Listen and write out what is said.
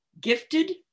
Gifted